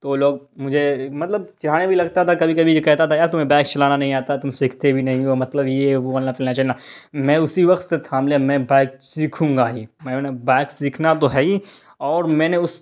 تو وہ لوگ مجھے مطلب چڑھانے بھی لگتا تھا کبھی کبھی یہ کہتا تھا یار تمہیں بائک چلانا نہیں آتا تم سیکھتے بھی نہیں ہو مطلب یہ وہ میں اسی وقت سے تھام لیا میں بائک سیکھوں گا ہی میں بولا بائک سیکھنا تو ہے ہی اور میں نے اس